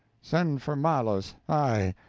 send for malos, aye!